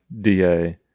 DA